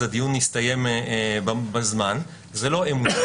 אז הדיון יסתיים בזמן זה לא אמונה,